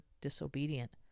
disobedient